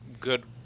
good